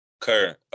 Current